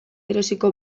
erosiko